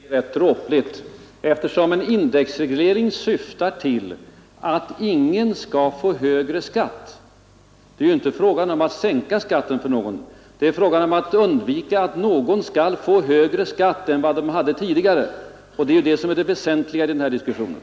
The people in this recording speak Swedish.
Herr talman! Det hela börjar bli rätt dråpligt. En indexreglering syftar till att ingen skall få högre skatt än vad han hade tidigare — det är ju inte fråga om att sänka skatten för någon. Detta är det väsentliga i diskussionen.